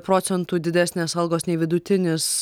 procentų didesnės algos nei vidutinis